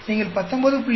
நீங்கள் 19